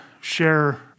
share